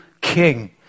king